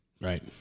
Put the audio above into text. Right